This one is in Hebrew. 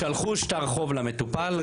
שלחו שטר חוב למטופל,